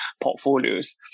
portfolios